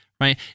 right